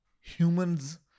humans